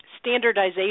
standardization